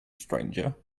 stranger